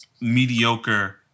mediocre